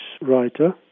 writer